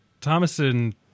Thomason